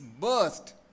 burst